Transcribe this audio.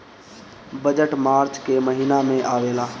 budget March के महिना में आवेला